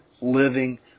living